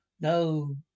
No